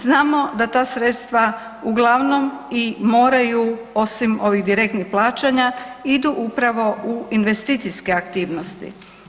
Znamo da ta sredstva uglavnom i moraju osim ovih direktnih plaćanja, idu upravo u investicijske aktivnosti.